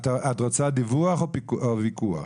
את רוצה דיווח או פיקוח ?